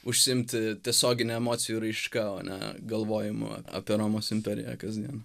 užsiimti tiesiogine emocijų raiška o ne galvojimu ap apie romos imperiją kasdien